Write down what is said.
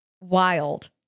wild